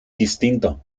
distinto